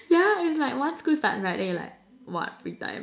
yeah it's like once school starts right then you're like what free time